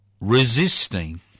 resisting